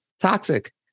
toxic